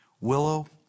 Willow